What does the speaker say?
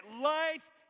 life